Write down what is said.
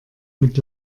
mit